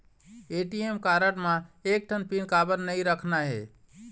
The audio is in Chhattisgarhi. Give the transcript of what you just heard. ए.टी.एम कारड म एक ठन पिन काबर नई रखना हे?